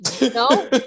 no